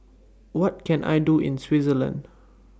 What Can I Do in Switzerland